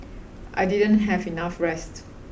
I didn't have enough rest